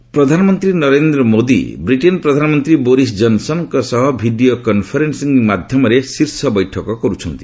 PM ପ୍ରଧାନମନ୍ତ୍ରୀ Narendra Modi Britain ପ୍ରଧାନମନ୍ତ୍ରୀ Boris ଜନ୍ସନ୍ଙ୍କ ସହ ଭିଡ଼ିଓ କନ୍ଫରେନ୍ନିଂ ମାଧ୍ୟମରେ ଶୀର୍ଷ ବୈଠକ କର୍ୁଛନ୍ତି